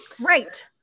Right